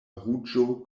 ruĝo